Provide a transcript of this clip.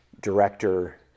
director